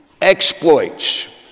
exploits